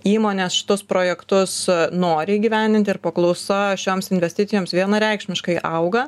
įmonės šitus projektus nori įgyvendinti ir paklausa šioms investicijoms vienareikšmiškai auga